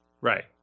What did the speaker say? Right